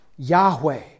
Yahweh